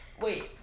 Wait